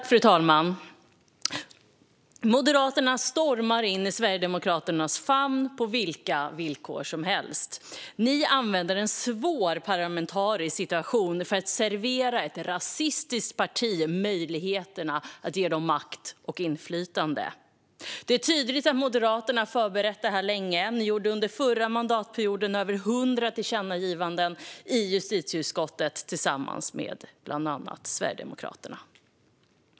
Fru talman! Moderaterna stormar in i Sverigedemokraternas famn på vilka villkor som helst. Ni använder en svår parlamentarisk situation för att servera ett rasistiskt parti möjligheten att få makt och inflytande, Tomas Tobé. Det är tydligt att Moderaterna har förberett detta länge. Ni gjorde under den förra mandatperioden över 100 tillkännagivanden i justitieutskottet tillsammans med bland andra Sverigedemokraterna.